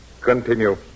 Continue